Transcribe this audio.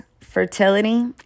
fertility